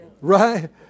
Right